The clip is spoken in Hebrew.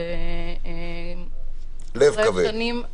לב כבד.